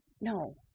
No